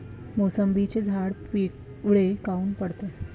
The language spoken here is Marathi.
मोसंबीचे झाडं पिवळे काऊन पडते?